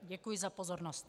Děkuji za pozornost.